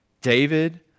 David